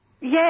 Yes